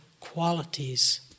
qualities